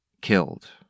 killed